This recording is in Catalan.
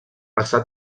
passar